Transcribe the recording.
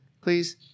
please